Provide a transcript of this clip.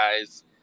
guys